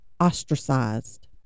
ostracized